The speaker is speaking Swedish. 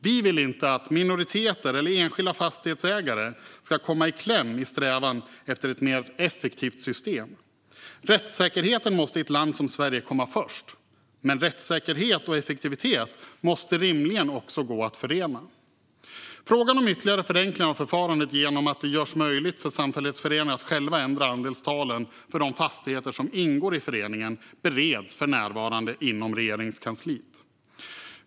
Vi vill inte att minoriteter eller enskilda fastighetsägare ska komma i kläm i strävan efter ett mer effektivt system. Rättssäkerheten måste i ett land som Sverige komma först, men rättssäkerhet och effektivitet måste rimligen också gå att förena. Frågan om ytterligare förenklingar av förfarandet genom att det görs möjligt för samfällighetsföreningar att själva ändra andelstalen för de fastigheter som ingår i föreningen bereds för närvarande inom Regeringskansliet.